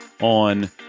on